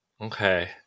okay